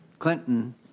Clinton